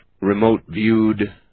remote-viewed